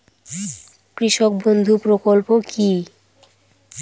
কৃষক বন্ধু প্রকল্প কি?